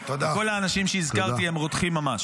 וכל האנשים שהזכרתי הם רותחים ממש.